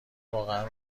واقعه